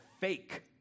fake